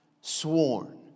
sworn